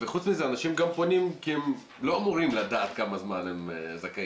וחוץ מזה אנשים גם פונים כי הם לא אמורים לדעת כמה זמן הם זכאים.